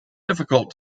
difficult